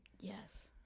Yes